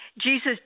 Jesus